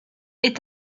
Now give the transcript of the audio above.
est